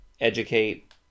educate